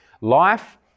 Life